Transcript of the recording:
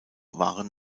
waren